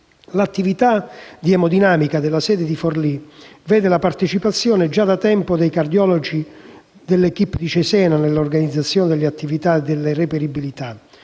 L'attività di emodinamica della sede di Forlì vede la partecipazione, già da tempo, dei cardiologi dell'*equipe* di Cesena nell'organizzazione delle attività e delle reperibilità,